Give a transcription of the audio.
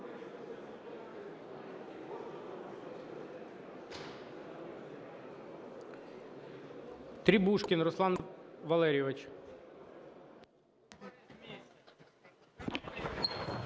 Требушкін Руслан Валерійович.